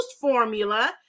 formula